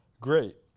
great